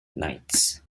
knights